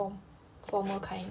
form~ formal kind